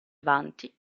avanti